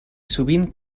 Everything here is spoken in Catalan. sovint